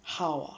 how ah